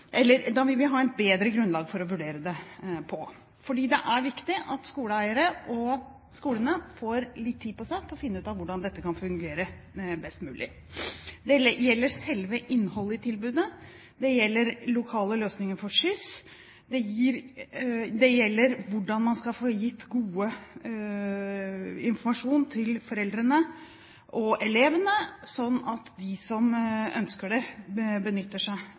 et bedre grunnlag for å vurdere det. Det er viktig at skoleeiere og skolene får litt tid på seg til å finne ut av hvordan dette kan fungere best mulig. Det gjelder selve innholdet i tilbudet, det gjelder lokale løsninger for skyss, det gjelder hvordan man skal få gitt god informasjon til foreldrene og elevene, sånn at de som ønsker det, benytter seg